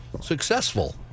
successful